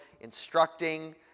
instructing